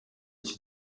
iki